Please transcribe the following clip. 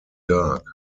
dark